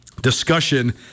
discussion